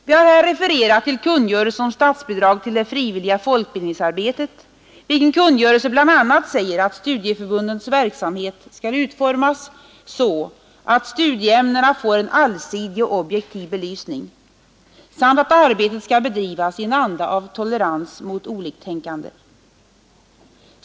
Vi har där refererat till kungörelsen om statsbidrag till det frivilliga folkbildningsarbetet, vilken bl.a. säger att studieförbundens verksamhet skall utformas så att studieämnena får en allsidig och objektiv belysning samt att arbetet skall bedrivas i en anda av tolerans mot oliktänkande.